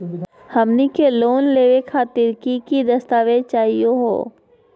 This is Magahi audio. हमनी के लोन लेवे खातीर की की दस्तावेज चाहीयो हो?